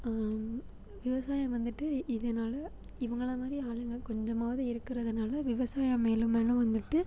விவசாயம் வந்துட்டு இதனால இவங்கள மாரி ஆளுங்கள் கொஞ்சமாவது இருக்கிறதுனால விவசாயம் மேலும் மேலும் வந்துட்டு